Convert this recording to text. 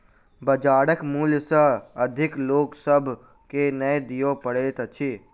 बजारक मूल्य सॅ अधिक लोक सभ के नै दिअ पड़ैत अछि